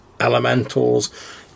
elementals